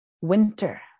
winter